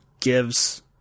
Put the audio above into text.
gives